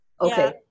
Okay